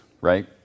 right